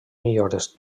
millores